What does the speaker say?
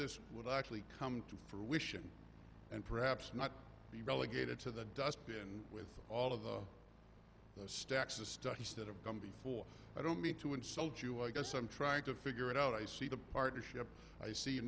this would actually come to fruition and perhaps not be relegated to the dustbin with all of the stacks of studies that have come before i don't mean to insult you i guess i'm trying to figure it out i see the partnership i see a